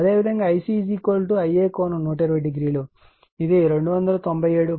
అదేవిధంగా Ic Ia ∠120 o ఇది 297